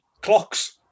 clocks